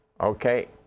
okay